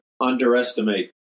underestimate